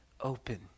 open